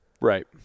Right